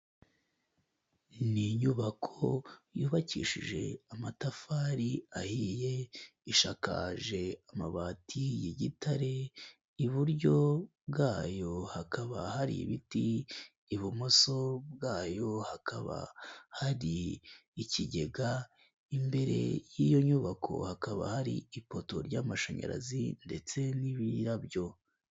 Ni inyubako yubakishije amatafari ahiye, ishakakaje amabati y'igitare, iburyo bwayo hakaba hari ibiti, ibumoso bwayo hakaba hari ikigega, imbere y'iyo nyubako hakaba hari ipoto ry'amashanyarazi ndetse n'ibirabyo.